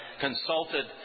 consulted